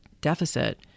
deficit